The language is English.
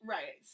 Right